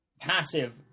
passive